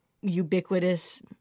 ubiquitous